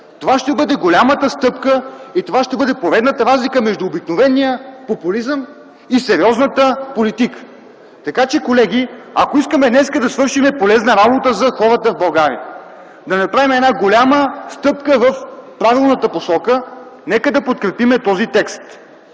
Това ще бъде голямата стъпка и поредната разлика между обикновения популизъм и сериозната политика. Колеги, ако днес искаме да свършим полезна работа за хората в България, да направим голяма стъпка в правилната посока, нека да подкрепим този текст!